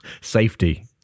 Safety